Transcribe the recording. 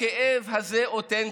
הכאב הזה אותנטי,